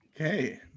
okay